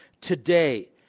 today